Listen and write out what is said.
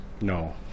No